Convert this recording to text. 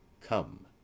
Come